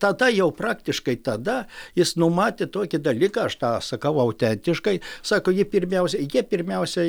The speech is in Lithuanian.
tada jau praktiškai tada jis numatė tokį dalyką aš tą sakau autentiškai sako ji pirmiausia jie pirmiausiai